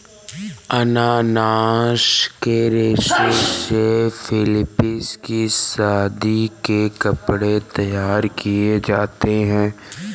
अनानास के रेशे से फिलीपींस में शादी के कपड़े तैयार किए जाते हैं